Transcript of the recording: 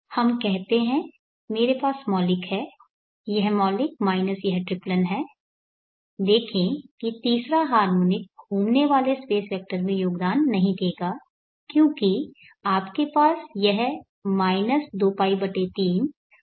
हम कहते हैं मेरे पास मौलिक है यह मौलिक माइनस यह ट्रिप्लन है देखें कि तीसरा हार्मोनिक घूमने वाले स्पेस वेक्टर में योगदान नहीं देगा क्योंकि आपके पास यह 2π3 4π3 है